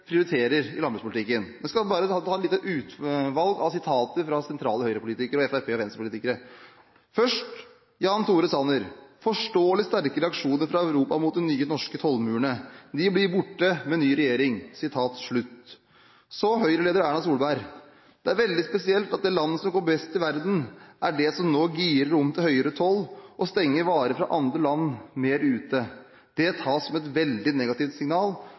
prioriterer i landbrukspolitikken. Jeg skal ta et lite utvalg sitater fra sentrale høyre-, fremskrittsparti- og venstrepolitikere. Først Jan Tore Sanner: «Forståelig sterke reaksjoner fra Europa mot de nye norske tollmurene. De blir borte med ny regjering». Da Høyre-leder Erna Solberg var i Storbritannia, sa hun: «Det er veldig spesielt at det landet som går best i verden, er det som nå girer om til høyere toll, og stenger varer fra andre land mer ute. Det tas som et veldig negativt signal.»